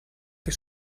que